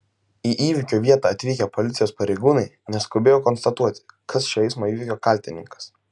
į įvykio vietą atvykę policijos pareigūnai neskubėjo konstatuoti kas šio eismo įvykio kaltininkas